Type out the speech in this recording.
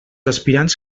aspirants